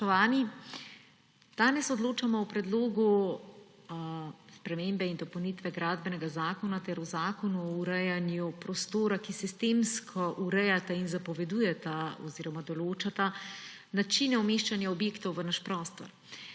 Spoštovani! Danes odločamo o predlogu spremembe in dopolnitve Gradbenega zakona ter o zakonu o urejanju prostora, ki sistemsko urejata in zapovedujeta oziroma določata načine umeščanja objektov v naš prostor.